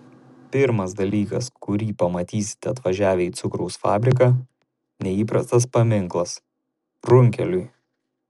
pirmas dalykas kurį pamatysite atvažiavę į cukraus fabriką neįprastas paminklas runkeliui